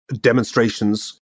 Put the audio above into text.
demonstrations